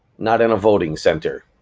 not in a voting center.